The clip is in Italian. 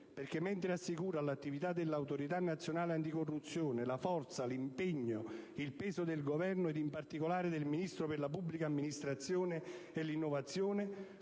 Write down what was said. perché mentre assicura all'attività dell'Autorità nazionale anticorruzione la forza, l'impegno, il peso del Governo e, in particolare, del Ministro per la pubblica amministrazione e l'innovazione,